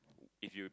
if you